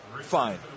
fine